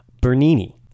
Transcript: Bernini